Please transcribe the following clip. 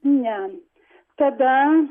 ne tada